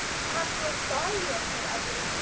perhaps you are sorry you are so ugly,